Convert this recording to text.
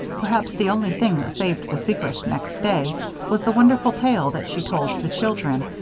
perhaps the only thing that saved the secret next day was the wonderful tale that she told the children,